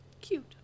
cute